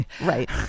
Right